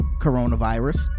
coronavirus